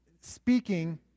speaking